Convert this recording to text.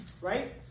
Right